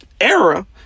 era